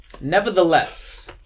Nevertheless